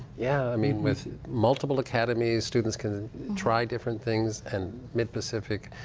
yeah i mean with multiple academies, students can try different things, and mid-pacific,